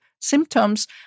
symptoms